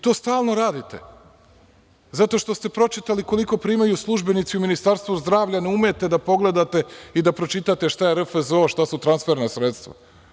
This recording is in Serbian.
To stalno radite zato što ste pročitali koliko primaju službenici u Ministarstvu zdravlja i ne umete da pogledate ni da pročitate šta je RFZO, a šta su transferna sredstva.